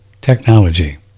technology